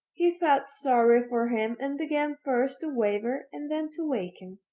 he felt sorry for him and began first to waver and then to weaken.